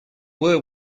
were